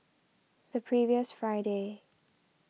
the previous Friday